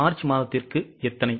March மாதத்திற்கு எத்தனை